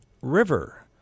river